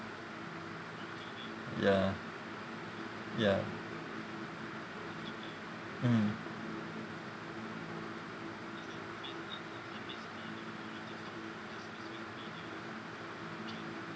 ya ya mm